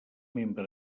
membre